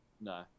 no